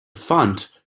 font